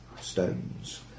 stones